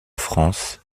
france